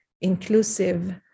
inclusive